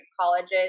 colleges